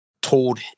told